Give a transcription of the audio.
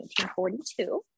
1942